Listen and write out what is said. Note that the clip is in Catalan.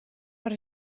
per